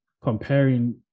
comparing